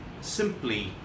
simply